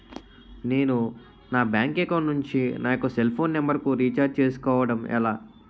నేను నా bank account నుంచి నా యెక్క సెల్ ఫోన్ నంబర్ కు రీఛార్జ్ చేసుకోవడం ఎలా?